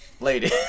Lady